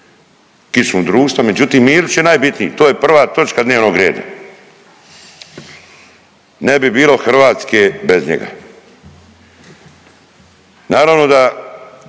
kičmu društva. Međutim, Milić je najbitniji to je prva točka dnevnog reda, ne bi bilo Hrvatske bez njega. Naravno da